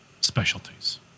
specialties